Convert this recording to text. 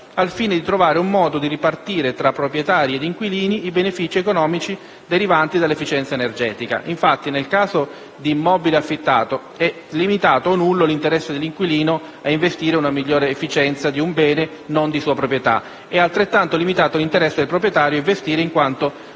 al fine di trovare un modo di ripartire tra proprietari e inquilini i benefici economici derivanti dall'efficienza energetica. Infatti, nel caso di immobile affittato, è limitato o nullo l'interesse dell'inquilino a investire in una migliore efficienza di un bene non di sua proprietà e altrettanto limitato l'interesse del proprietario a investire in quanto non ne